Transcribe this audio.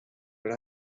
but